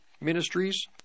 Ministries